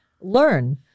learn